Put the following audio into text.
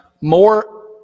more